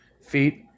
feet